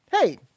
hey